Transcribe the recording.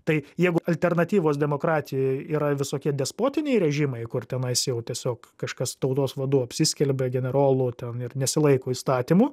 tai jeigu alternatyvos demokratijoje yra visokie despotinėje režimai kur tenais jau tiesiog kažkas tautos vadu apsiskelbia generolu ten ir nesilaiko įstatymų